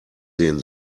sehen